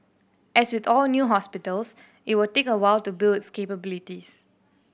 as with all new hospitals it will take a while to build its capabilities